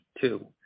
two